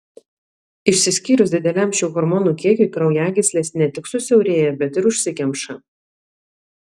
išsiskyrus dideliam šių hormonų kiekiui kraujagyslės ne tik susiaurėja bet ir užsikemša